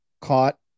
caught